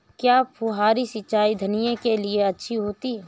क्या फुहारी सिंचाई धनिया के लिए अच्छी होती है?